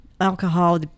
alcohol